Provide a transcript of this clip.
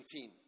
19